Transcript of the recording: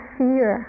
fear